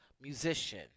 musician